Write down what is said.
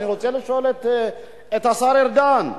אני רוצה לשאול את השר ארדן: